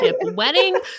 wedding